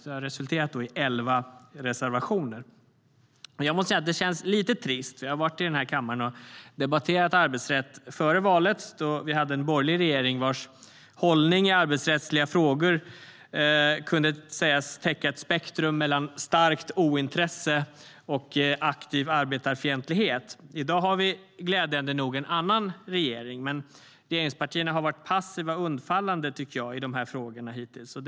Det har resulterat i elva reservationer. Jag måste säga att det känns lite trist. Jag har varit i den här kammaren och debatterat arbetsrätt före valet, då vi hade en borgerlig regering vars hållning i arbetsrättsrättsliga frågor kunde sägas täcka ett spektrum mellan starkt ointresse och aktiv arbetarfientlighet. I dag har vi glädjande nog en annan regering. Men regeringspartierna har hittills varit passiva och undfallande i de här frågorna, tycker jag.